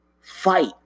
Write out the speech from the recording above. fight